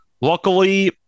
Luckily